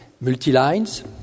Multi-lines